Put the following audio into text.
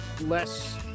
less